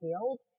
field